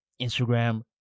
Instagram